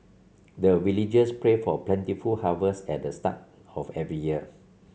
the villagers pray for plentiful harvest at the start of every year